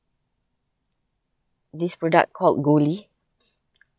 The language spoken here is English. this product called goli